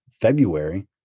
February